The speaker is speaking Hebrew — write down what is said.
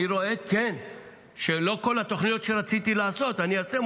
אני כן רואה שלא את כל התוכניות שרציתי לעשות אני איישם,